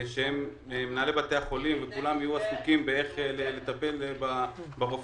שמנהלי בתי החולים וכולם יהיו עסוקים באיך לטפל ברופאים,